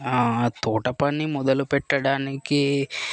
తోటపని మొదలుపెట్టడానికి